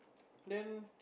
then